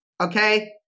Okay